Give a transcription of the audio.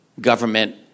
government